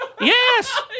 Yes